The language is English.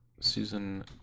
Season